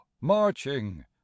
marching